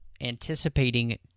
anticipating